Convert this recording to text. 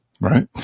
right